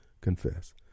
confess